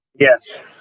yes